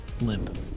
Limp